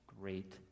great